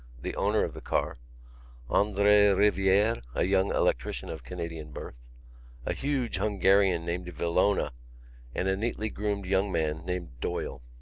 the owner of the car andre riviere, a young electrician of canadian birth a huge hungarian named villona and a neatly groomed young man named doyle.